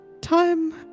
Time